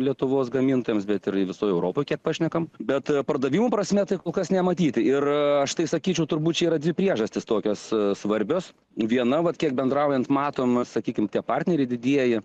lietuvos gamintojams bet ir visoje europoje kiek pašnekame bet pardavimų prasme tai kol kas nematyti ir aš tai sakyčiau turbūt yra dvi priežastys tokios svarbios viena vat kiek bendraujant matome sakykime tie partneriai didieji